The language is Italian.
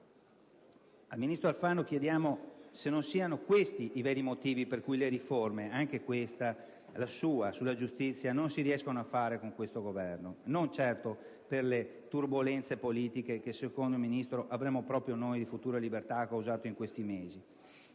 Al ministro Alfano chiediamo se non siano questi i veri motivi per cui le riforme, anche questa sua sulla giustizia, non si riescono a fare con l'attuale Governo, non certo per le turbolenze politiche che secondo il Ministro avremmo causato noi di Futuro e Libertà in questi mesi.